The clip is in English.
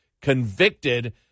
convicted